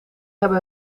hebben